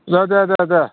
दे दे दे